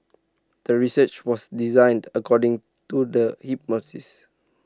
the research was designed according to the hypothesis